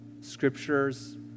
scriptures